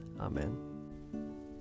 Amen